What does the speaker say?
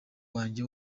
nyawe